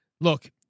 Look